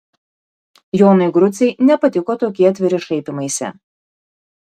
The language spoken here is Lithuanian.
jonui grucei nepatiko tokie atviri šaipymaisi